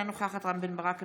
אינה נוכחת רם בן ברק,